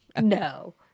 No